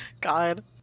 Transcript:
God